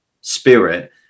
spirit